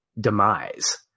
demise